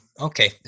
okay